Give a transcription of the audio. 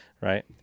Right